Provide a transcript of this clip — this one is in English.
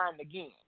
again